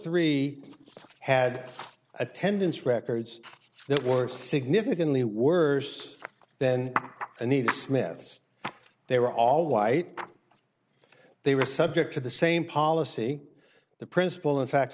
three had attendance records that were significantly worse then and the smiths they were all white they were subject to the same policy the principle in fact